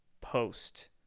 Post